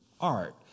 art